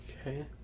Okay